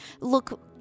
look